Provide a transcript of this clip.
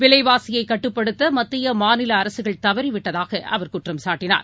விலைவாசியைக் கட்டுப்படுத்தமத்தியமாநிலஅரசுகள் தவறிவிட்டதாகஅவர் குற்றம் சாட்டினார்